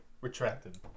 retracted